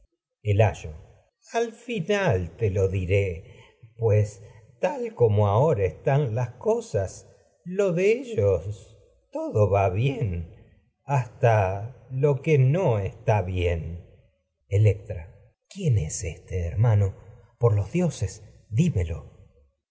como ayo al las final lo diré todo pues va ahora lo qiie cosas lo de ellos bien hasta no está bien electra quién es éste hermano por los dioses dímelo